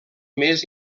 més